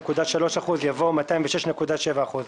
במקום "203.3%" יבוא "206.7%".